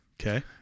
okay